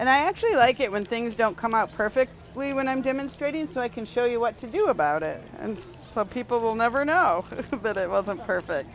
and i actually like it when things don't come out perfect when i'm demonstrating so i can show you what to do about it so people will never know that it wasn't perfect